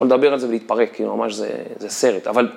בוא נדבר על זה ולהתפרק, כי ממש זה סרט, אבל...